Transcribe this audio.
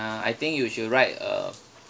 uh I think you should ride a